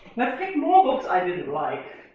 let's pick more books i didn't like.